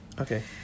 okay